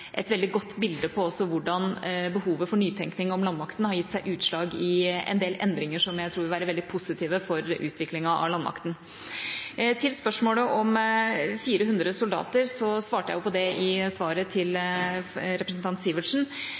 et veldig godt bilde på hvordan behovet for nytenkning om landmakten har gitt seg utslag i en del endringer som jeg tror vil være veldig positive for utviklingen av landmakten. Til spørsmålet om 400 soldater svarte jeg på det i svaret til representanten Sivertsen.